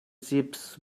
zip’s